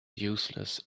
useless